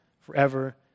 forever